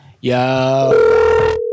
yo